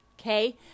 okay